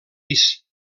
pis